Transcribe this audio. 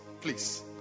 Please